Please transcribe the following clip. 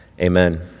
Amen